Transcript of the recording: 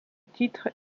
titre